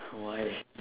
why